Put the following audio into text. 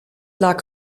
lag